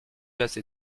assez